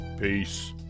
Peace